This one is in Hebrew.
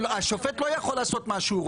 השופט לא יכול לעשות מה שהוא רוצה.